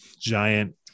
giant